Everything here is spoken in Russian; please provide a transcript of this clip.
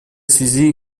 связи